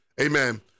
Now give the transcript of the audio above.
Amen